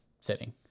setting